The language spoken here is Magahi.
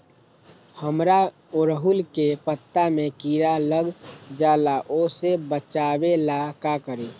हमरा ओरहुल के पत्ता में किरा लग जाला वो से बचाबे ला का करी?